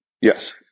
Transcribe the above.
Yes